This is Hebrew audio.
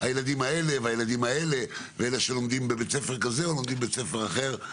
אלה שלומדים בבית ספר כזה ובבית ספר אחר.